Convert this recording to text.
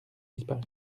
disparu